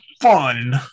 fun